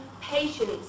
patience